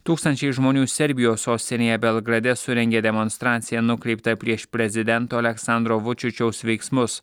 tūkstančiai žmonių serbijos sostinėje belgrade surengė demonstraciją nukreiptą prieš prezidento aleksandro vučičiaus veiksmus